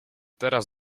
teraz